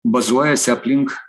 bazuojasi aplink